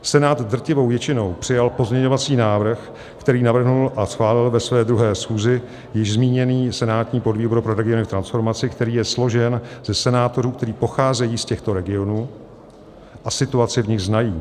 Senát drtivou většinou přijal pozměňovací návrh, který navrhl a schválil ve své druhé schůzi již zmíněný senátní podvýbor pro regiony v transformaci, který je složen ze senátorů, kteří pocházejí z těchto regionů a situaci v nich znají.